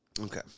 Okay